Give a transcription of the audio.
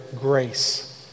Grace